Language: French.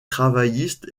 travailliste